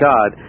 God